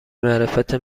معرفت